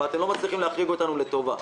אתם לא מצליחים להחריג אותנו לטובה.